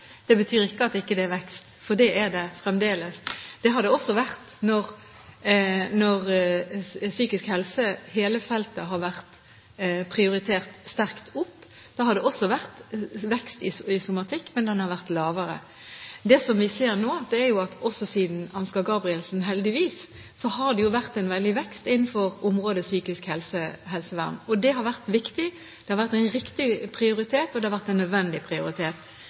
betyr ikke at det ikke er vekst, for det er det fremdeles. Når psykisk helse – hele feltet – har vært prioritert sterkt opp, har det også vært vekst i somatikken, men den har vært lavere. Det vi ser nå, er at det heldigvis også siden Ansgar Gabrielsen har vært en veldig vekst innen området psykisk helsevern, og det har vært viktig. Det har vært en riktig prioritet, og det har vært en nødvendig prioritet.